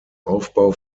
aufbau